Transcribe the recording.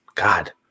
God